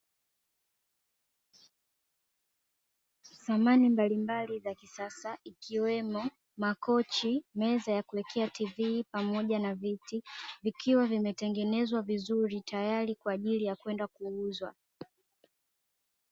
Samani mbalimbali za kisasa ikiwemo; makochi, meza ya kuwekea tv, pamoja na viti, vikiwa vimetengenezwa vizuri tayari kwa ajili ya kwenda kuuzwa.